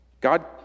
God